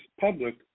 public